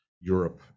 Europe